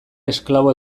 esklabo